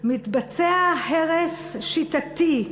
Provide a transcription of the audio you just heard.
מתבצע הרס שיטתי,